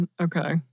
Okay